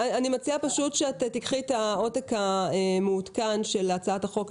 אני מציעה שתיקחי את העותק המעודכן של הצעת החוק,